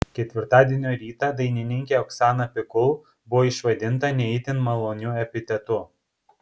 ketvirtadienio rytą dainininkė oksana pikul buvo išvadinta ne itin maloniu epitetu